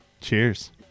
cheers